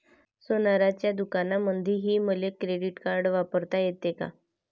सोनाराच्या दुकानामंधीही मले क्रेडिट कार्ड वापरता येते का?